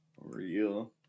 Real